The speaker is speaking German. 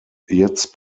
jetzt